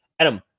Adam